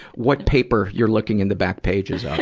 what paper you're looking in the back pages